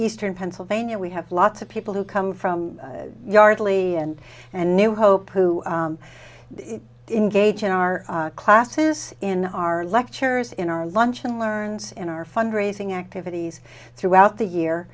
eastern pennsylvania we have lots of people who come from yardley and and new hope who are engaging our classes in our lecturers in our luncheon learns in our fundraising activities throughout the year